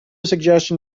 suggestion